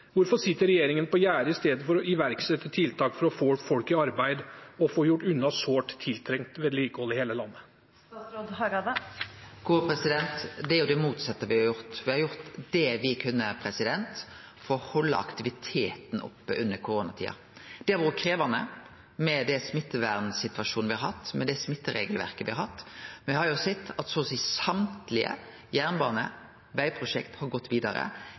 på gjerdet istedenfor å iverksette tiltak for å få folk i arbeid og få gjort unna sårt tiltrengt vedlikehold i hele landet? Det er jo det motsette me har gjort. Me har gjort det me kunne for å halde aktiviteten oppe under koronatida. Det har vore krevjande med den smittevernsituasjonen me har hatt, med det smittevernregelverket me har hatt. Me har sett at så å seie alle jernbane- og vegprosjekt har gått vidare.